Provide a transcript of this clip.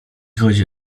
chodzi